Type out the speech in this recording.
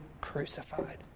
crucified